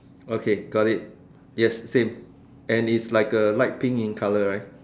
okay got it yes same and it's like a light pink in colour right